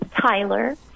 Tyler